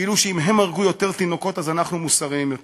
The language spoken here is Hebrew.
כאילו שאם "הם" הרגו יותר תינוקות אז אנחנו מוסריים יותר.